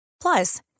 Plus